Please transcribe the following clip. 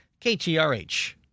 KTRH